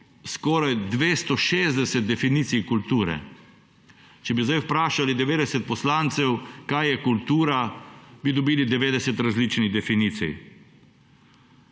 skoraj 260 definicij kulture. Če bi sedaj vprašali 90 poslancev, kaj je kultura, bi dobili 90 različni definicij,